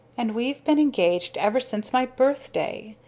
and we've been engaged ever since my birthday,